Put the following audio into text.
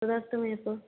तदर्थमेव